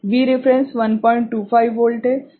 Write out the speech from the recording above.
V reference 125 volt है